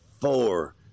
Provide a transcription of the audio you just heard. four